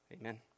Amen